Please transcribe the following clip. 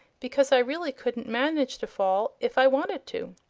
because i really couldn't manage to fall if i wanted to.